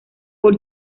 por